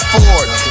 Ford